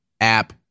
app